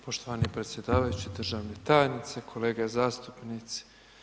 Poštovani predsjedavajući, državna tajnice, kolege zastupnici.